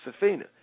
Safina